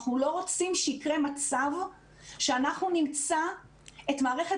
אנחנו לא רוצים שיקרה מצב שאנחנו נמצא את מערכת